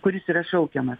kuris yra šaukiamas